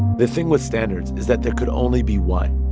the thing with standards is that there could only be one.